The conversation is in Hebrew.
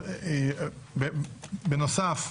בנוסף,